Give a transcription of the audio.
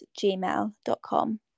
gmail.com